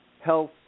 health